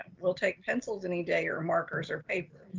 we'll take pencils any day or markers or paper,